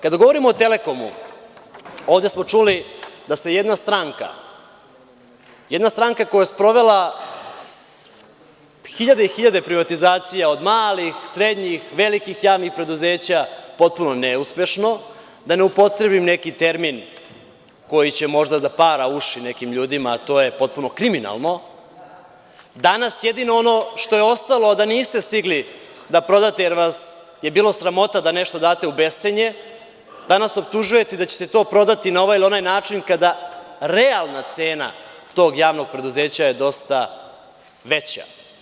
Kada govorimo o „Telekomu“, ovde smo čuli da jedna stranka, stranka koja je sprovela hiljade i hiljade privatizacija od malih, srednjih i velikih javnih preduzeća potpuno neuspešno, da ne upotrebim neki termin koji će možda da para uši nekim ljudima, a to je potpuno kriminalno, danas jedino ono što je ostalo a da niste stigli da prodate jer vas je bilo sramota da nešto date u bescenje, danas optužuje da će se to prodati na ovaj ili onaj način kada je realna cena tog javnog preduzeća dosta veća.